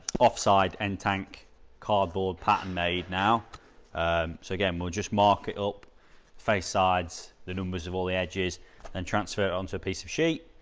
offside and tank cardboard pattern made now so getting will just market up face sides the numbers of all. yeah and transfer it onto a piece of sheet